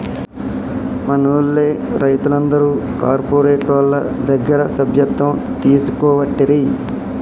మనూళ్లె రైతులందరు కార్పోరేటోళ్ల దగ్గర సభ్యత్వం తీసుకోవట్టిరి